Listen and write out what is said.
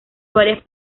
varias